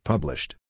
Published